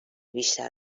بیشتر